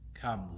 come